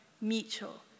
mutual